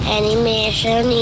animation